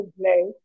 play